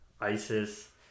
Isis